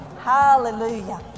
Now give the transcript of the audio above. hallelujah